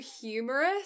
humorous